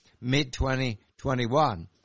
mid-2021